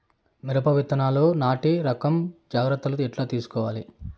మిరప విత్తనాలు నాటి రకం జాగ్రత్తలు ఎట్లా తీసుకోవాలి?